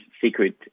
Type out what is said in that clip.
secret